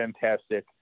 fantastic